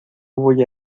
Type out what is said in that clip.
voy